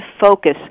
focus